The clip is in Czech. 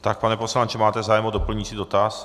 Tak, pane poslanče, máte zájem o doplňující dotaz?